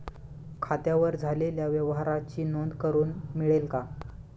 खात्यावर झालेल्या व्यवहाराची नोंद करून मिळेल का?